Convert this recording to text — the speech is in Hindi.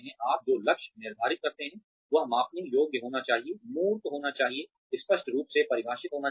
आप जो लक्ष्य निर्धारित करते हैं वह मापने योग्य होना चाहिए मूर्त होना चाहिए स्पष्ट रूप से परिभाषित होना चाहिए